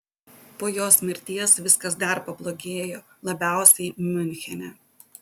po jos mirties viskas dar pablogėjo labiausiai miunchene